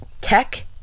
Tech